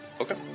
Okay